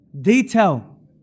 detail